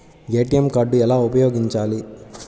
ATM card ఎలా ఉపయోగించాలి?